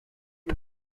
the